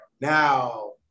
now